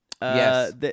Yes